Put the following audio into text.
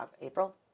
April